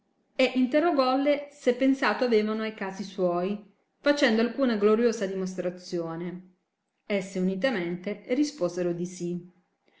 e interrogolle se pensato avevano a casi suoi facendo alcuna gloriosa dimostrazione esse unitamente risposero di sì